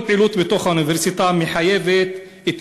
כל פעילות בתוך האוניברסיטה מחייבת את